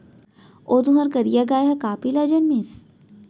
ओ तुंहर करिया गाय ह का पिला जनमिस?